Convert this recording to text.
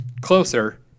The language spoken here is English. closer